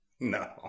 No